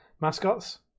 mascots